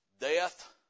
Death